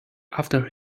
after